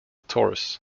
torus